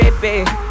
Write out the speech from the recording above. baby